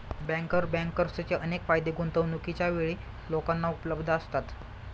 banker बँकर्सचे अनेक फायदे गुंतवणूकीच्या वेळी लोकांना उपलब्ध असतात